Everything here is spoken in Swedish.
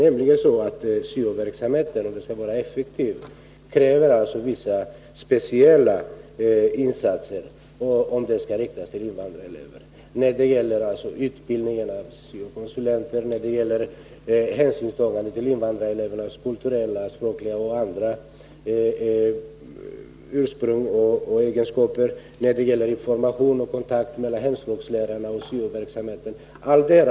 Om syo-verksamheten skall vara effektiv, när den riktas till invandrarelever, krävs speciella insatser i fråga om utbildningen av syo-konsulenter, hänsynstagande till invandrarelevernas kulturella och språkliga ursprung samt information och kontakt mellan hemspråkslärarna och syo-verksamheten.